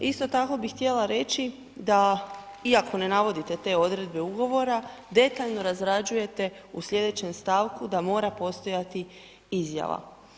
Isto tako bi htjela reći da iako ne navodite te odredbe ugovora, detaljno razrađujete u slijedećem stavku da mora postojati izjava.